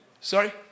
Sorry